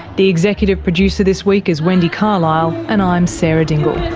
the executive producer this week is wendy carlisle, and i'm sarah dingle